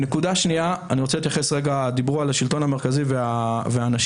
נקודה שנייה, דיברו על השלטון המרכזי והאנשים.